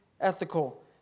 ethical